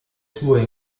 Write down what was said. sue